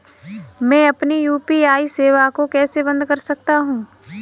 मैं अपनी यू.पी.आई सेवा को कैसे बंद कर सकता हूँ?